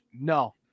No